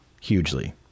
hugely